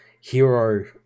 hero